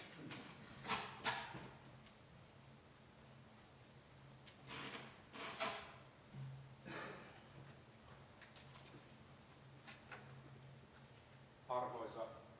arvoisa rouva puhemies